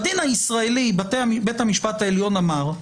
בדין הישראלי בית המשפט העליון אמר: